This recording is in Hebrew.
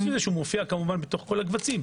חוץ מזה שהוא מופיע בכל הקבצים.